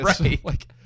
Right